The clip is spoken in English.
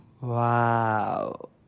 Wow